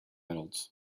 adults